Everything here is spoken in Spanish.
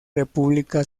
república